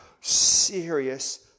serious